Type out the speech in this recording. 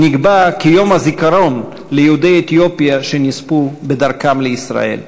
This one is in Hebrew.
נקבע כיום הזיכרון ליהודי אתיופיה שנספו בדרכם לישראל.